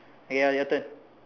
okay now your turn